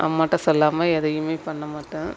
அம்மாட்ட சொல்லாமல் எதையுமே பண்ண மாட்டேன்